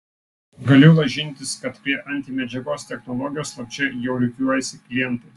galiu lažintis kad prie antimedžiagos technologijos slapčia jau rikiuojasi klientai